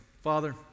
Father